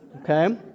okay